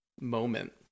moment